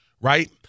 Right